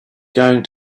going